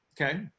okay